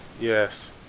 yes